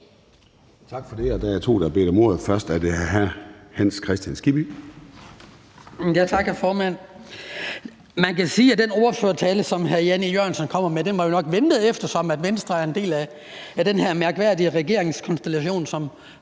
Man kan sige, at den ordførertale, som hr. Jan E. Jørgensen kom med, jo nok var ventet, eftersom Venstre er en del af den her mærkværdige regeringskonstellation,